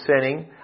sinning